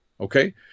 Okay